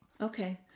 Okay